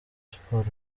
sport